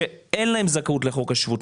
שאין להם זכאות לחוק השבות,